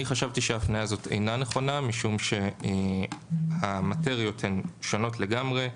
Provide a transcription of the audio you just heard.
אני חשבתי שההפניה הזאת אינה נכונה משום שהמטריות הן שונות לגמרי.